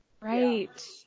Right